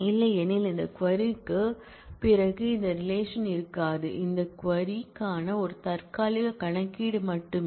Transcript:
இல்லையெனில் இந்த க்வரி க்குப் பிறகு இந்த ரிலேஷன் இருக்காது இது இந்த க்வரி க்கான ஒரு தற்காலிக கணக்கீடு மட்டுமே